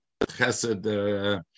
chesed